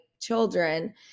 children